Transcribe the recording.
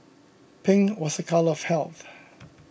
pink was a colour of health